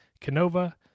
Canova